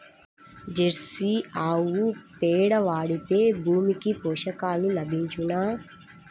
Jersey ఆవు పేడ వాడితే భూమికి పోషకాలు లభించునా?